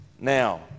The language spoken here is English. Now